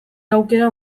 aukera